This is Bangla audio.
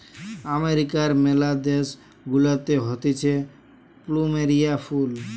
আমেরিকার ম্যালা দেশ গুলাতে হতিছে প্লুমেরিয়া ফুল